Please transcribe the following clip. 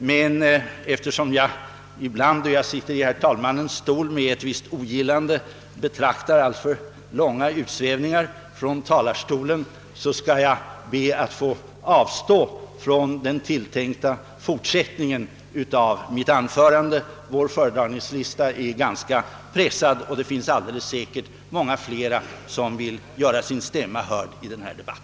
Men eftersom jag ibland, då jag sitter i herr talmannens stol, med ett visst ogillande betraktar alltför långa utsvävningar från talarstolen, skall jag be att få avstå från den tilltänkta fortsättningen av mitt anförande. Vår föredragningslista är ganska pressad, och det finns alldeles säkert många fler som vill göra sin stämma hörd i denna debatt.